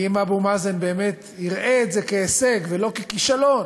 כי אם אבו מאזן באמת יראה את זה כהישג ולא ככישלון,